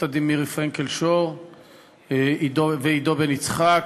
עורכי-הדין מירי פרנקל-שור ועידו בן-יצחק,